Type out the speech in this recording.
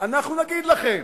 אנחנו נגיד לכם.